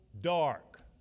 dark